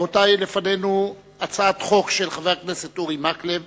רבותי, לפנינו הצעת חוק של חבר הכנסת אורי מקלב,